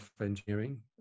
engineering